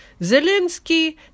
Zelensky –